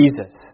Jesus